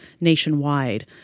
nationwide